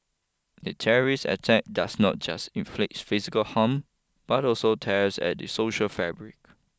a terrorist attack does not just inflict physical harm but also tears at the social fabric